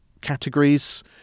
categories